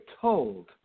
told